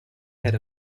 head